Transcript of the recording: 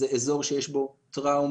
זה אזור שיש בו טראומה,